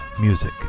music